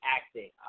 acting